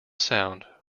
sound